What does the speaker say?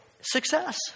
success